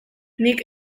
nik